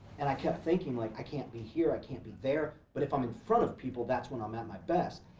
and i kept thinking like, i can't be here, i can't be there, but if i'm in front of people, that's when i'm at my best.